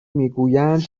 میگویند